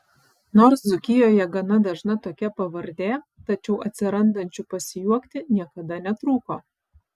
nors dzūkijoje gana dažna tokia pavardė tačiau atsirandančių pasijuokti niekada netrūko